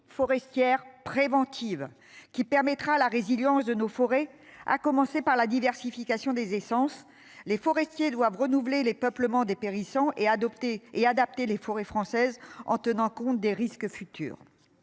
forestière préventive qui permettra la résilience de nos forêts, à commencer par la diversification des essences les forestiers doivent renouveler les peuplements dépérissant et adopter et adapter les forêts françaises en tenant compte des risques futurs.